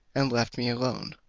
and left me alone.